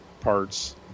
parts